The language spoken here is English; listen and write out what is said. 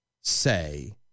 say